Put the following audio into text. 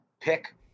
pick